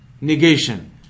negation